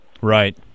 Right